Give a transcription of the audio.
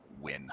win